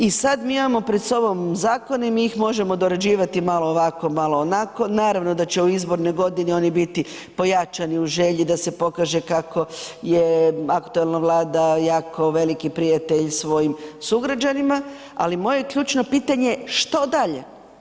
I sad mi imamo pred sobom zakone, mi ih možemo dorađivati malo ovako, malo onako, naravno da će u izbornoj godini oni biti pojačani u želji da se pokaže kako je aktualna Vlada jako veliki prijatelj svojim sugrađanima, ali moje ključno pitanje je što dalje?